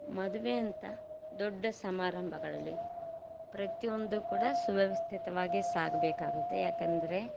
ಮದುವೆಯಂಥ ದೊಡ್ಡ ಸಮಾರಂಭಗಳಲ್ಲಿ ಪ್ರತಿಯೊಂದು ಕೂಡ ಸುವ್ಯವಸ್ಥಿತವಾಗೇ ಸಾಗಬೇಕಾಗತ್ತೆ ಯಾಕಂದರೆ